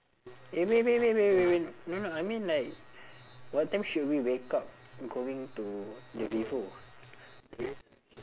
eh wait wait wait wait wait no no I mean like what time should we wake up going to the vivo